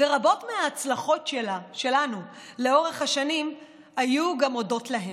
ורבות מההצלחות שלנו לאורך השנים היו גם הודות להם.